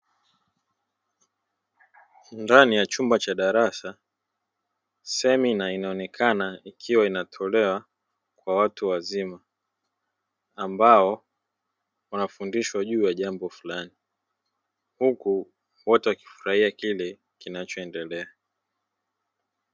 Ndani ya chumba cha darasa, semina inaonekana ikiwa inatolewa kwa watu wazima, ambao wanafundishwa juu ya jambo fulani. Huku watu wakifurahia kile kinachoendelea.